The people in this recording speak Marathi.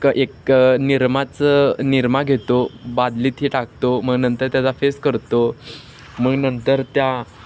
एक निरमाचं निरमा घेतो बादलीत हे टाकतो मग नंतर त्याचा फेस करतो मग नंतर त्या